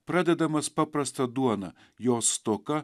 pradedamas paprasta duona jos stoka